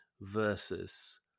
versus